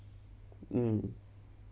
mm